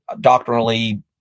doctrinally